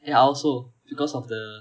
ya I also because of the